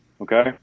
okay